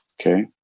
Okay